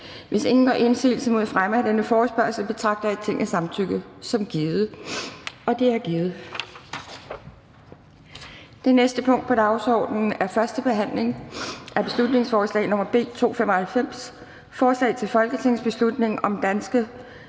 Hvis ingen gør indsigelse mod fremme af denne forespørgsel, betragter jeg Tingets samtykke som givet. Det er givet. --- Det næste punkt på dagsordenen er: 2) 1. behandling af beslutningsforslag nr. B 295: Forslag til folketingsbeslutning om danske